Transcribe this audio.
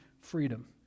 freedom